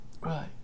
Right